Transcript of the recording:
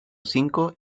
cinco